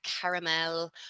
caramel